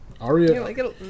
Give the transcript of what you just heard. Aria